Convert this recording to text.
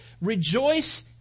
Rejoice